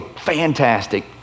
fantastic